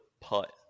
putt